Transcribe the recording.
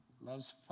loves